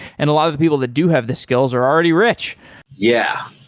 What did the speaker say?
and a lot of the people that do have the skills are already rich yeah,